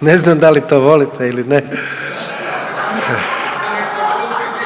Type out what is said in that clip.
Ne znam da li to volite ili ne?